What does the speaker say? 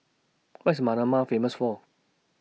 What IS Manama Famous For